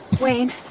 Wayne